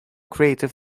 creative